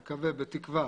אני מקווה, בתקווה.